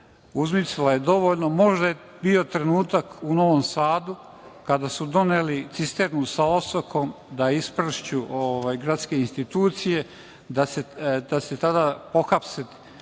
uzmicala je dovoljno. Možda je bio trenutak u Novom Sadu kada su doneli cisternu sa osokom da ispršću gradske institucije da se tada pohapse ti